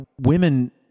Women